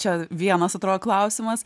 čia vienas atrodo klausimas